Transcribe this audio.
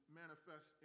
manifest